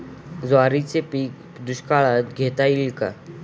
ज्वारीचे पीक दुष्काळात घेता येईल का?